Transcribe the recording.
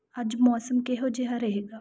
ਅੱਜ ਮੌਸਮ ਕਿਹੋ ਜਿਹਾ ਰਹੇਗਾ